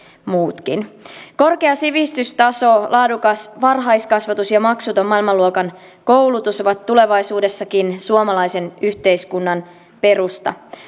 muutkin korkea sivistystaso laadukas varhaiskasvatus ja maksuton maailmanluokan koulutus ovat tulevaisuudessakin suomalaisen yhteiskunnan perusta